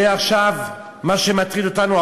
זה עכשיו מה שמטריד אותנו?